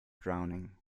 drowning